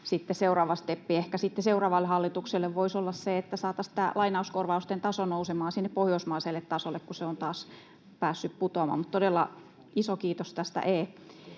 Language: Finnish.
seuraavalle hallitukselle voisi olla se, että saataisiin tämä lainauskorvausten taso nousemaan sinne pohjoismaiselle tasolle, kun se on taas päässyt putoamaan — mutta todella iso kiitos tästä